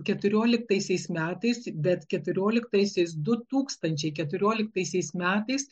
keturioliktaisiais metais bet keturioliktaisiais du tūkstančiai keturioliktaisiais metais